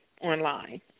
online